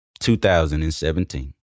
2017